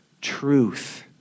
truth